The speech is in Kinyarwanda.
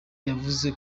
yavuze